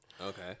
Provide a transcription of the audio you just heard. Okay